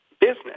business